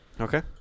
Okay